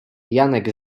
janek